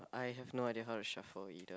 I have no idea how to shuffle either